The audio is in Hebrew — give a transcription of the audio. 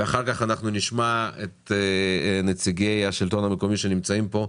ואחר כך אנחנו נשמע את נציגי השלטון המקומי שנמצאים פה,